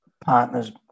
partners